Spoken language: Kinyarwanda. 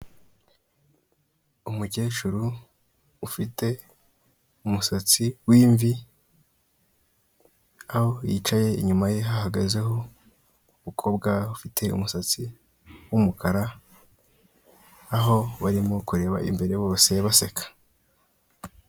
Umukecuru ufite umusatsi w'imvi aho yicaye inyuma ye ahahagazeho umukobwa ufite umusatsi w'umukara, aho barimo kureba imbere bose baseka.